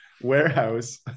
warehouse